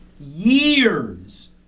years